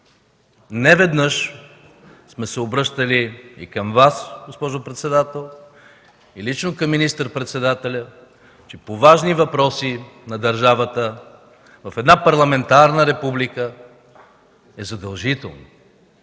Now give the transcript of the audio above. Неведнъж сме се обръщали и към Вас, госпожо председател, и лично към министър-председателя, че по важни въпроси на държавата в една парламентарна република е задължително